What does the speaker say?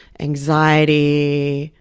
anxiety,